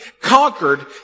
conquered